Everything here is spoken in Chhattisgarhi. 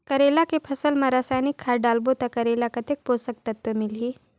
करेला के फसल मा रसायनिक खाद डालबो ता करेला कतेक पोषक तत्व मिलही?